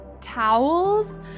towels